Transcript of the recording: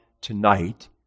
tonight